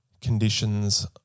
conditions